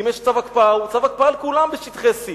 אם יש צו הקפאה, הוא צו הקפאה על כולם בשטחי C,